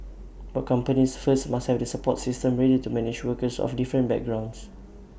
but companies first must have the support systems ready to manage workers of different backgrounds